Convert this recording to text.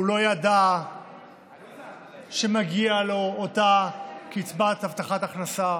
הוא לא ידע שמגיעה לו אותה קצבת הבטחת הכנסה,